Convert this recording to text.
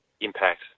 impact